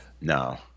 no